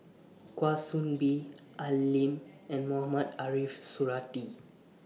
Kwa Soon Bee Al Lim and Mohamed Ariff Suradi